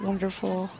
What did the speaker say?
Wonderful